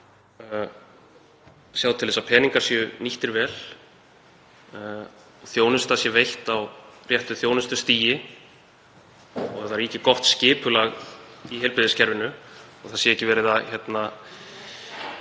að sjá til þess að peningar séu nýttir vel, þjónusta sé veitt á réttu þjónustustigi og það ríki gott skipulag í heilbrigðiskerfinu og það sé einhver hemill